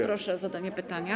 Proszę o zadanie pytania.